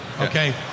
Okay